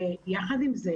יחד עם זאת,